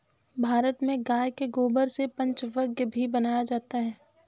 भारत में गाय के गोबर से पंचगव्य भी बनाया जाता है